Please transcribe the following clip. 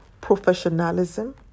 professionalism